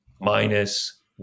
minus